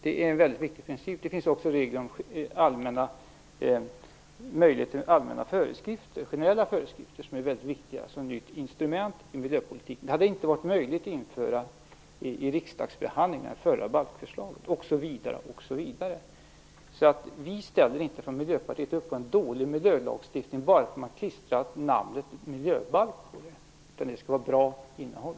Det är en väldigt viktig princip. Vidare finns det möjligheter till allmänna, generella, föreskrifter. De är mycket viktiga som ett nytt instrument i miljöpolitiken. Det hade inte varit möjligt att införa det här i samband med riksdagens behandling av det förra förslaget osv. Vi i Miljöpartiet ställer inte upp på en dålig miljölagstiftning bara därför att man klistrat namnet miljöbalk på den, utan det krävs ett bra innehåll.